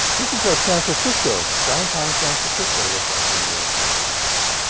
this is what san francisco downtown san francisco looked like in the eighteen sixty s.